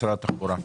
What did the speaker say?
משרד התחבורה.